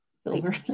Silver